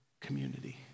community